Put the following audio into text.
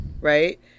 right